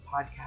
podcast